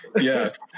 Yes